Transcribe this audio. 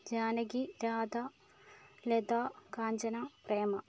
Janaki Radha Lata Kanchana Prema